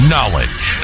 Knowledge